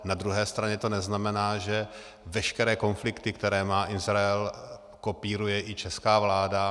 Na druhé straně to neznamená, že veškeré konflikty, které má Izrael, kopíruje i česká vláda.